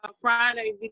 Friday